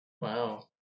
Wow